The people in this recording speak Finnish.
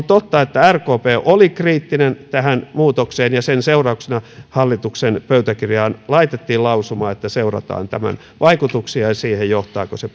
totta että rkp oli kriittinen tähän muutokseen ja sen seurauksena hallituksen pöytäkirjaan laitettiin lausuma että seurataan tämän vaikutuksia siihen johtaako se